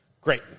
Great